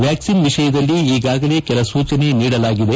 ವ್ಯಾಕ್ಟಿನ್ ವಿಷಯದಲ್ಲಿ ಈಗಾಗಲೇ ಕೆಲ ಸೂಚನೆ ನೀಡಲಾಗಿದೆ